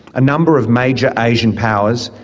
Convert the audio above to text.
a number of major asian powers,